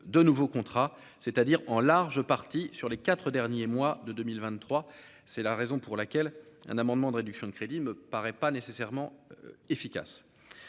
de nouveaux contrats, c'est-à-dire en large partie sur les 4 derniers mois de 2023, c'est la raison pour laquelle un amendement de réduction de crédits me paraît pas nécessairement efficace